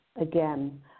again